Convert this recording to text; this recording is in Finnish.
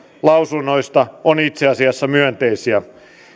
lausunnoista on itse asiassa myönteisiä